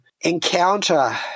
encounter